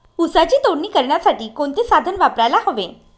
ऊसाची तोडणी करण्यासाठी कोणते साधन वापरायला हवे?